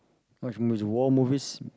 watch movies war movies